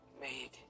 made